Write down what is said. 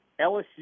LSU